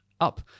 Up